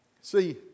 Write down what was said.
See